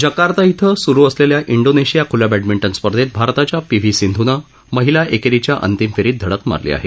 Jakarta इथं सुरू असलेल्या इंडोनेशिया खुल्या बॅडमिंटन स्पर्धेत भारताच्या पी व्ही सिंधूनं महिला एकेरीच्या अंतिम फेरीत धडक मारली आहे